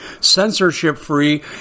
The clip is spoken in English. censorship-free